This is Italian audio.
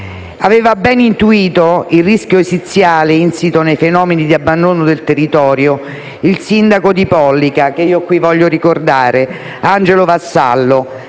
Aveva ben intuito il rischio esiziale insito nei fenomeni di abbandono del territorio il sindaco di Pollica, Angelo Vassallo,